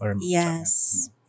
Yes